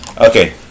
Okay